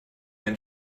ein